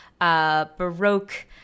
baroque